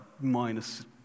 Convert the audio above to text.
minus